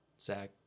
zach